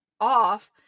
off